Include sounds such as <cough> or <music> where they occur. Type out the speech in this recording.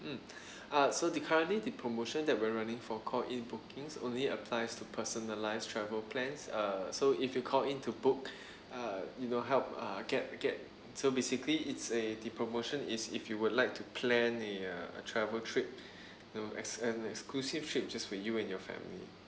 um <breath> uh so the currently the promotion that we're running for call in bookings only applies to personalized travel plans uh so if you call into book <breath> uh you know help get get so basically it's a the promotion is if you would like to plan a uh a travel trip you know as an exclusive trip just for you and your family